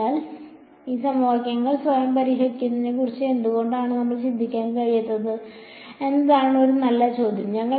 അതിനാൽ ഈ സമവാക്യങ്ങൾ സ്വയം പരിഹരിക്കുന്നതിനെക്കുറിച്ച് എന്തുകൊണ്ടാണ് നമുക്ക് ചിന്തിക്കാൻ കഴിയാത്തത് എന്നതാണ് ഒരു നല്ല ചോദ്യം